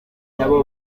nabo